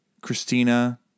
Christina